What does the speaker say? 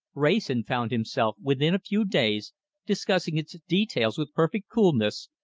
wrayson found himself within a few days discussing its details with perfect coolness,